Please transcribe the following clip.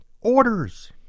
orders